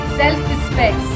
self-respect